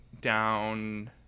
down